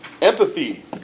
empathy